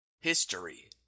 History